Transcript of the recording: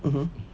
mmhmm